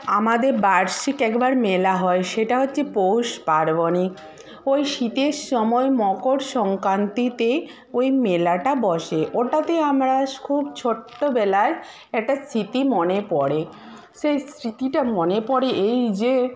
আমাদের বার্ষিক একবার মেলা হয় সেটা হচ্ছে পৌষ পার্বণে ওই শীতের সময় মকর সংক্রান্তিতে ওই মেলাটা বসে ওটাতে আমার খুব ছোট্টবেলার একটা স্মৃতি মনে পড়ে সেই স্মৃতিটা মনে পড়ে এই যে